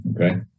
Okay